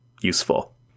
useful